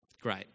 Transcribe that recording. Great